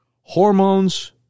hormones